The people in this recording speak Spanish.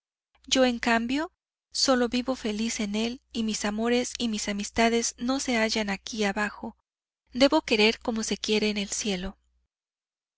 yo en cambio solo vivo feliz en él y mis amores y mis amistades no se hallan aquí abajo debo querer como se quiere en el cielo